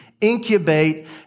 incubate